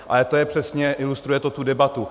Ale to přesně ilustruje tu debatu.